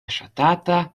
ŝatata